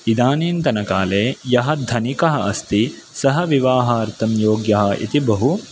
इदानींतनकाले यः धनिकः अस्ति सः विवाहार्थं योग्यः इति बहु